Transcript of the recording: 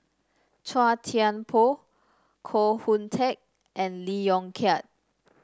Chua Thian Poh Koh Hoon Teck and Lee Yong Kiat